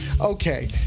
okay